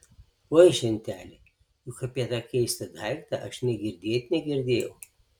oi ženteli juk apie tą keistą daiktą aš nė girdėti negirdėjau